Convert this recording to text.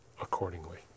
accordingly